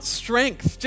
strength